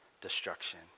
destruction